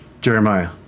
Jeremiah